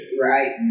Right